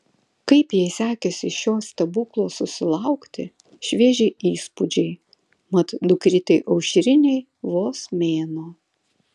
kaip jai sekėsi šio stebuklo susilaukti švieži įspūdžiai mat dukrytei aušrinei vos mėnuo